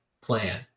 plan